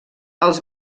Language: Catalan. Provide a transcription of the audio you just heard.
els